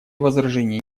возражений